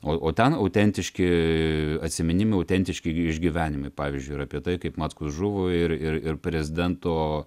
o o ten autentiški atsiminimai autentiški išgyvenimai pavyzdžiui apie tai kaip mackus žuvo ir ir ir prezidento